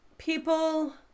People